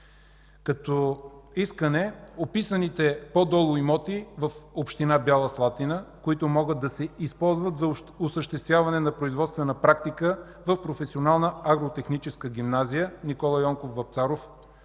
като искане описаните по-долу имоти в община Бяла Слатина, които могат да се използват за осъществяване на производствената практика в Професионална агротехническа гимназия „Н. Й. Вапцаров”,